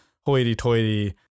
hoity-toity